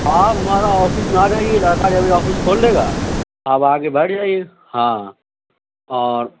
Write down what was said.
ہاں آپ ہمارا آفس میں آ جائیے لڑکا جا کے آفس کھول دے گا آپ آ کے بیٹھ جائیے ہاں اور